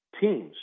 teams